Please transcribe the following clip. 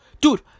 dude